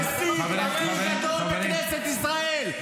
אתה המסית הכי גדול בכנסת ישראל.